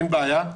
אין בעיה.